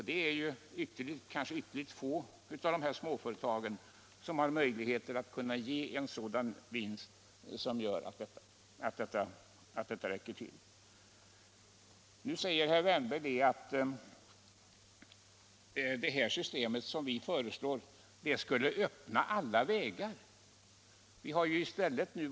Det är ytterligt få av dessa småföretag som ger en vinst som räcker till detta. Nu säger herr Wärnberg att det system som vi föreslår skulle öppna alla vägar till skatteflykt.